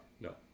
No